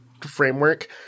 framework